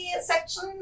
section